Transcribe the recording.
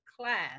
class